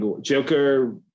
Joker